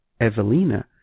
Evelina